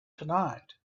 tonight